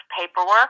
paperwork